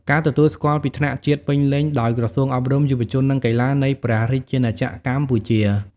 ការទទួលស្គាល់ពីថ្នាក់ជាតិពេញលេញដោយ ក្រសួងអប់រំ យុវជន និងកីឡា នៃព្រះរាជាណាចក្រកម្ពុជា។